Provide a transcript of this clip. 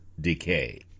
decay